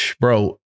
Bro